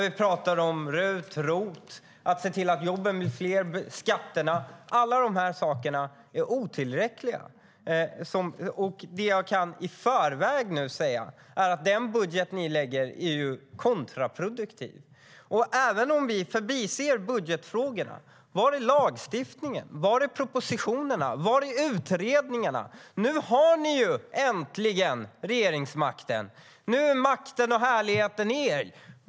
Vi talar om RUT, ROT, att se till att jobben blir fler och skatterna. Alla de sakerna är otillräckliga. Det jag i förväg kan säga är att den budget ni lägger fram är kontraproduktiv. Även om vi bortser från budgetfrågorna: Var är lagstiftningen? Var är propositionerna? Var är utredningarna? Nu har ni ju äntligen regeringsmakten. Nu är makten och härligheten er.